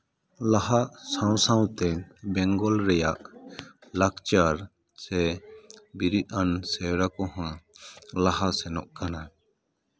ᱞᱟᱦᱟᱜ ᱥᱟᱶ ᱥᱟᱶᱛᱮ ᱵᱮᱝᱜᱚᱞ ᱨᱮᱭᱟᱜ ᱞᱟᱠᱪᱟᱨ ᱥᱮ ᱵᱤᱨᱤᱫ ᱟᱱ ᱥᱮᱨᱣᱟ ᱠᱚᱦᱚᱸ ᱞᱟᱦᱟ ᱥᱮᱱᱚᱜ ᱠᱟᱱᱟ